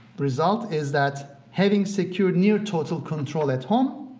result is that having secured near total control at home,